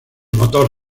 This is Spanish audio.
motor